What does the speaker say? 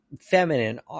feminine